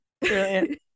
brilliant